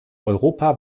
europa